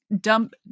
dump